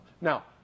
Now